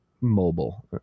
mobile